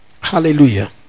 Hallelujah